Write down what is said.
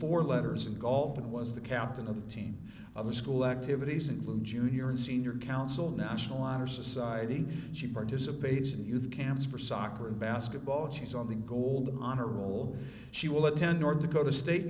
four letters and golf and was the captain of the team of the school activities include junior and senior counsel national honor society she participates in youth camps for soccer and basketball she's on the gold honor roll she will attend north dakota state